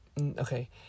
okay